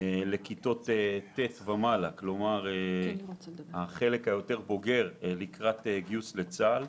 לכיתות ט' ומעלה לקראת גיוס לצה"ל.